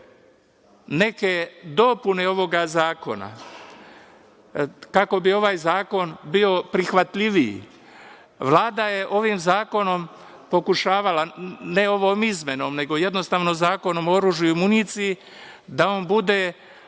neke dopune ovog zakona kako bi ovaj zakon bio prihvatljiviji. Vlada je ovim zakonom pokušavala, ne ovom izmenom, nego jednostavno Zakonom o oružju i municiji, da on bude